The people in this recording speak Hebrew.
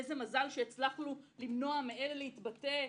איזה מזל שהצלחנו למנוע מאלה להתבטא,